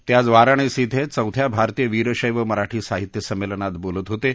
ते आज वाराणसी इथं चौथ्या भारतीय वीरशैव मराठी साहित्य समेलनात बोलत होतं